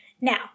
Now